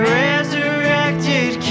resurrected